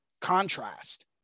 contrast